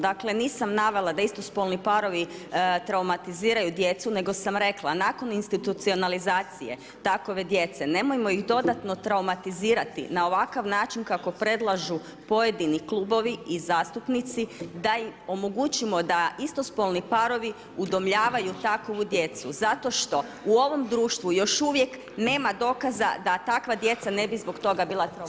Dakle nisam navela da istospolni parovi traumatiziraju djecu nego sam rekla nakon institucionalizacije takve djece nemojmo ih dodatno trazumatizirati na ovakav način kako predlažu pojedini klubovi i zastupnici da i omogućimo da istospolni parovi udomljavaju takvu djecu zato što u ovom društvu još uvijek nema dokaza da takva djeca ne bi zbog toga bila traumatizirana.